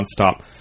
nonstop